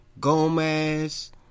Gomez